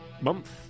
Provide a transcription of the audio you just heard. month